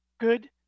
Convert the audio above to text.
good